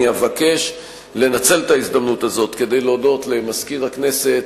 אני אבקש לנצל את ההזדמנות הזאת כדי להודות למזכיר הכנסת,